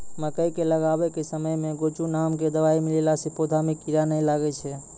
मकई के लगाबै के समय मे गोचु नाम के दवाई मिलैला से पौधा मे कीड़ा नैय लागै छै?